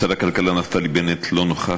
שר הכלכלה נפתלי בנט לא נוכח,